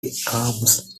amos